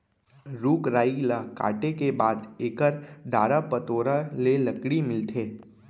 रूख राई ल काटे के बाद एकर डारा पतोरा ले लकड़ी मिलथे